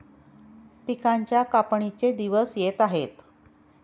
पिकांच्या कापणीचे दिवस येत आहेत